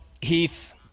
Heath